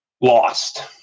lost